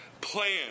plan